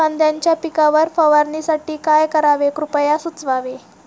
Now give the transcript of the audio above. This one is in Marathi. कांद्यांच्या पिकावर फवारणीसाठी काय करावे कृपया सुचवावे